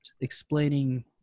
explaining